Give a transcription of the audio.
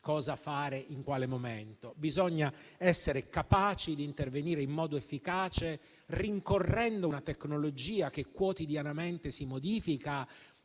cosa fare e in quale momento. Bisogna essere capaci di intervenire in modo efficace rincorrendo una tecnologia che quotidianamente si modifica